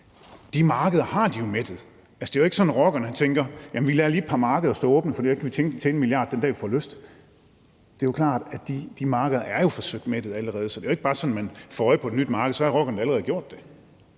de markeder har de jo mættet. Det er jo ikke sådan, at rockerne tænker: Vi lader lige et par markeder stå åbne, for så kan vi tjene 1 mia. kr. den dag, vi får lyst til det. Det er klart, at de markeder er forsøgt mættet allerede, så det er jo ikke bare sådan, at man får øje på et nyt marked, for så havde rockerne da allerede gjort det.